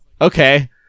okay